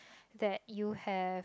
that you have